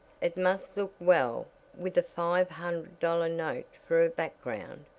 it must look well with a five hundred-dollar note for a background.